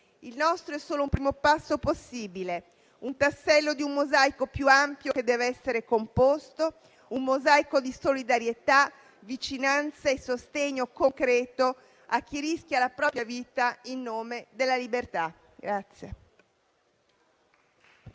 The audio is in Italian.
Il nostro è solo un primo passo possibile, il tassello di un mosaico più ampio che dev'essere composto, un mosaico di solidarietà, vicinanza e sostegno concreto a chi rischia la propria vita in nome della libertà.